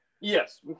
Yes